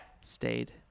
stayed